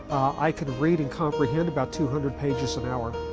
i can read and comprehend about two hundred pages an hour.